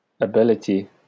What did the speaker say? Ability